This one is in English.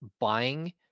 buying